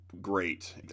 great